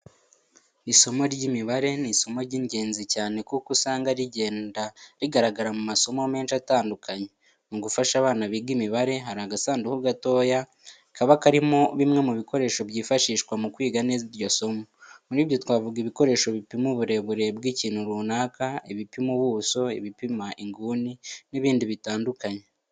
Isomo ry'imibare ni isomo ry'ingenzi cyane kuko usanga rigenda rigaragara mu masomo menshi atandukanye. Mu gufasha abana biga imibare hari agasanduku gatoya kaba karimo bimwe mu bikoresho byifashishwa mu kwiga neza iryo somo. Muri byo twavuga ibikoresho bipima uburebure bw'ikintu runaka, ibipima ubuso, ibipima inguni n'ibindi bitandukanye.